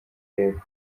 y’epfo